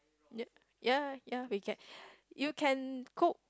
y~ ya ya we can you can cook